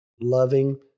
loving